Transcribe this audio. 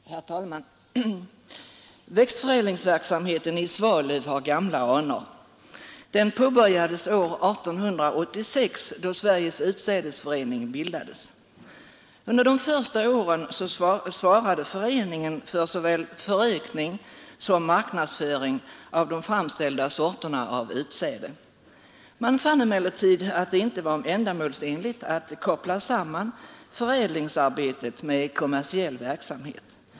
Herr talman! Växtförädlingsverksamheten i Svalöv har gamla anor. Den påbörjades år 1886, då Sveriges utsädesförening bildades. Under de första åren svarade föreningen för såväl förökning som marknadsföring av de framställda sorterna av utsäde. Man fann emellertid att det inte var ändamålsenligt att koppla samman förädlingsarbetet med kommersiell verksamhet.